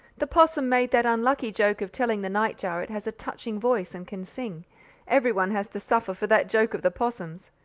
the possum made that unlucky joke of telling the nightjar it has a touching voice, and can sing everyone has to suffer for that joke of the possum's.